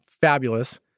fabulous